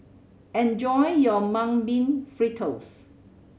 enjoy your Mung Bean Fritters